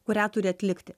kurią turi atlikti